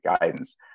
guidance